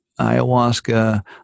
ayahuasca